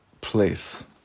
place